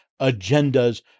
agendas